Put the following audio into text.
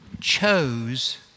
chose